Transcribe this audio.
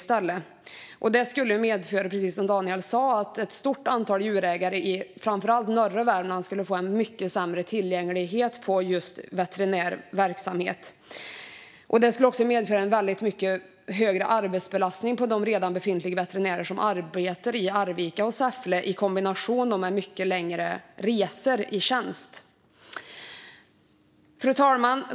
Detta skulle, precis som Daniel sa, medföra att ett stort antal djurägare i framför allt norra Värmland skulle få en mycket sämre tillgänglighet när det gäller veterinär verksamhet. Det skulle också medföra en väldigt mycket högre arbetsbelastning på de befintliga veterinärerna i Arvika och Säffle, i kombination med mycket längre resor i tjänsten. Fru talman!